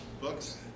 books